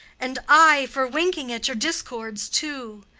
and i, for winking at you, discords too,